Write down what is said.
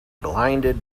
blinded